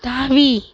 தாவி